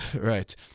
Right